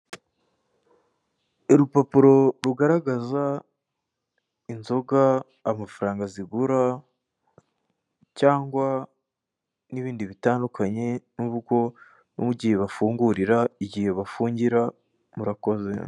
Urupapuro rugaragaza inzoga, amafaranga zigura cyangwa n'ibindi bitandukanye, n'uko no mu gihe bafungurira, igihe bafungira, murakoze.